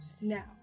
Now